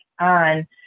on